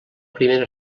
primera